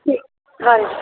ਠੀਕ ਹਾਂਜੀ